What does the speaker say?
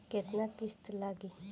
केतना किस्त लागी?